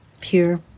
pure